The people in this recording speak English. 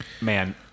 man